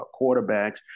quarterbacks